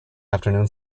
afternoon